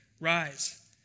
rise